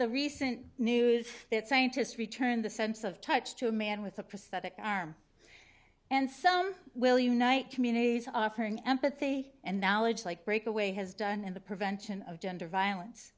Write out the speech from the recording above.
the recent news that scientists return the sense of touch to a man with a prosthetic arm and some will unite communities offering empathy and knowledge like breakaway has done in the prevention of gender violence